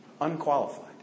unqualified